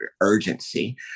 urgency